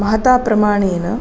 महताप्रमाणेन